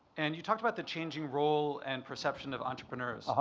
and you talked about the changing role and perception of entrepreneurs.